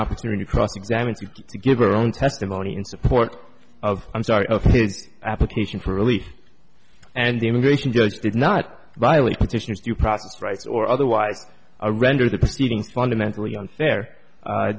opportunity to cross examine you to give your own testimony in support of i'm sorry of its application for release and the immigration judge did not violate petitioners due process rights or otherwise i rendered the proceedings fundamentally unfair